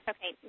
Okay